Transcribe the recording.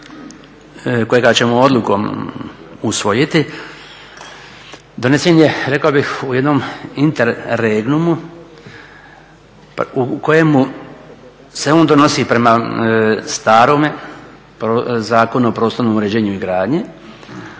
kojega ćemo odlukom usvojiti donesen je rekao bih u jednom interegnumu u kojemu se on donosi prema starome Zakonu o prostornom uređenju i gradnji,